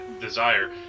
desire